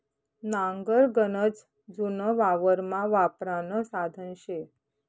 नांगर गनच जुनं वावरमा वापरानं साधन शे